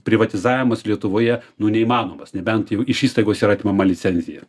privatizavimas lietuvoje nu neįmanomas nebent jeigu iš įstaigos yra atimama licencija